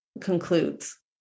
concludes